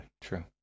true